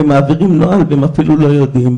הם מעבירים נוהל והם אפילו לא יודעים.